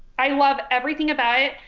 i love everything about it.